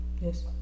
yes